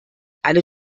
alle